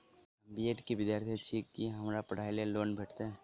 हम B Ed केँ विद्यार्थी छी, की हमरा पढ़ाई लेल लोन भेटतय?